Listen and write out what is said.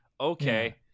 Okay